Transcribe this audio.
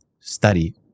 study